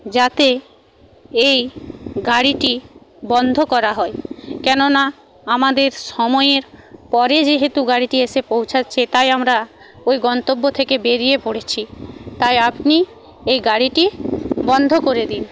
যাতে এই গাড়িটি বন্ধ করা হয় কেননা আমাদের সময়ের পরে যেহেতু গাড়িটি এসে পৌঁছচ্ছে তাই আমরা ওই গন্তব্য থেকে বেরিয়ে পড়েছি তাই আপনি এই গাড়িটি বন্ধ করে দিন